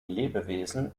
lebewesen